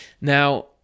Now